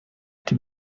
the